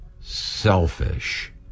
selfish